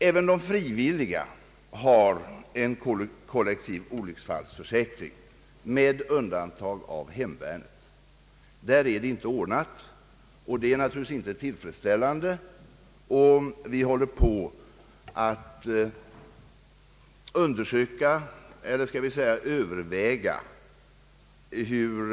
även de frivilliga har en kollektiv olycksfallsförsäkring, med undantag av hemvärnet. Där är den inte ordnad och det är naturligtvis inte tillfredsställande när vi håller på att överväga hur det hela skall lösas.